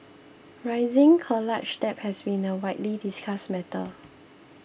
rising college debt has been a widely discussed matter